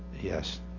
Yes